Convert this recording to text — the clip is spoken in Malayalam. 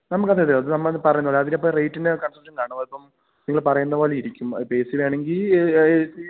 നമുക്ക് അതെ അതെ അതു നമ്മളത് പറഞ്ഞല്ലോ അതിലിപ്പോള് റേറ്റിൻ്റെ കൺസെഷൻ കാണും അതിപ്പം നിങ്ങള് പറയുന്നതുപോലെയിരിക്കും ഇപ്പോള് ഏ സിയുടെ ആണെങ്കില് ഏ സി